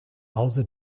hause